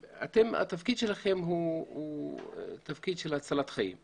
התפקיד שלכם הוא תפקיד של הצלת חיים.